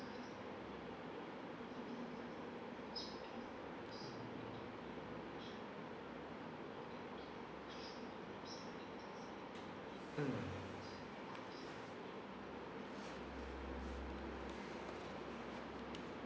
mm